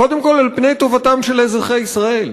קודם כול על פני טובתם של אזרחי ישראל.